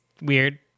weird